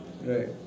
Right